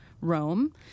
Rome